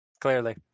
Clearly